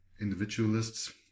individualists